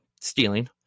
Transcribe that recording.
stealing